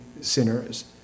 sinners